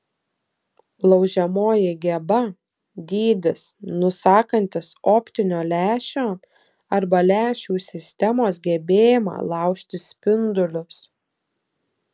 laužiamoji geba dydis nusakantis optinio lęšio arba lęšių sistemos gebėjimą laužti spindulius